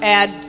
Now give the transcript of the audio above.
add